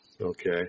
okay